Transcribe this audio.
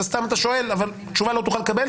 אז סתם אתה שואל, אבל תשובה לא תוכל לקבל.